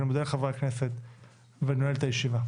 אני מודה לחברי הכנסת ואני נועל את הישיבה.